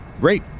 Great